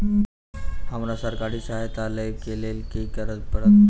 हमरा सरकारी सहायता लई केँ लेल की करऽ पड़त?